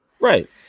right